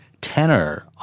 tenor